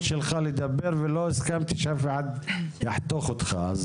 שלך לדבר ולא הסכמתי שאף אחד יחתוך אותך.